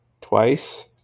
twice